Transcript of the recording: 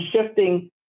shifting